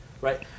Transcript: Right